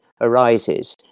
arises